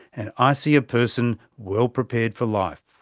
and i see a person well prepared for life.